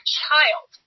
child